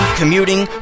commuting